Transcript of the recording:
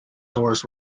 doors